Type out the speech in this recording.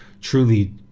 truly